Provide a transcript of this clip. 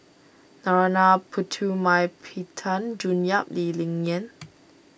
Narana Putumaippittan June Yap and Lee Ling Yen